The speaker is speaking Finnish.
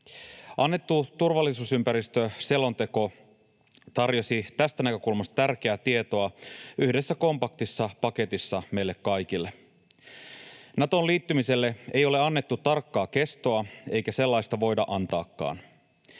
Annettu turvallisuusympäristöselonteko tarjosi tästä näkökulmasta tärkeää tietoa yhdessä kompaktissa paketissa meille kaikille. Natoon liittymiselle ei ole annettu tarkkaa kestoa, eikä sellaista voida antaakaan.